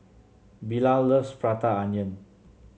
Bilal loves Prata Onion